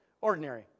ordinary